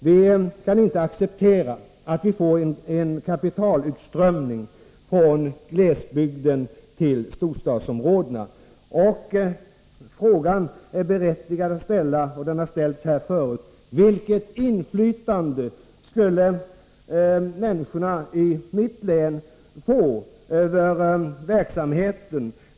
Vi kan inte acceptera att vi får en kapitalutströmning från glesbygden till storstadsområdena. Det är berättigat att ställa frågan, vilket har gjorts här förut: Vilket inflytande skulle människorna i mitt län få över verksamheten?